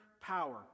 power